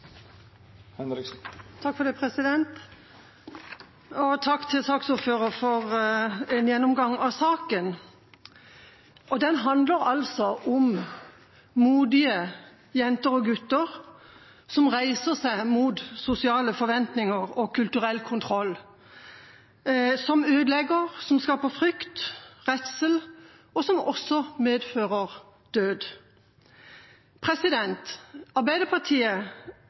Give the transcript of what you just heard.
til saksordføreren for gjennomgangen av saken. Den handler om modige jenter og gutter som reiser seg mot sosiale forventninger og kulturell kontroll som ødelegger, som skaper frykt og redsel, og som også medfører død. Arbeiderpartiet